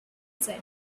said